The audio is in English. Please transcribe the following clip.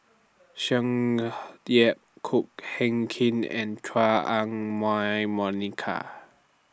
Tsung Yeh Ko Heck Kin and Chua Ah Huwa Monica